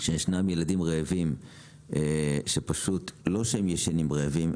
שישנם ילדים רעבים שפשוט לא שהם ישנים רעבים,